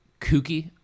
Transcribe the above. kooky